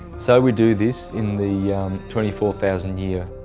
so we do this in the twenty four thousand year